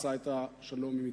עשה את השלום עם מצרים.